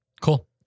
Cool